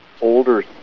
older